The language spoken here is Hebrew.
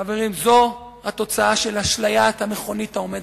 זאת התוצאה של אשליית המכונית העומדת.